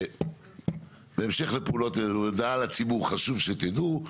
בהמשך לפעולות, הודעה לציבור, חשוב שתדעו.